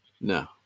No